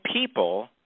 people